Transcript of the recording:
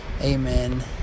Amen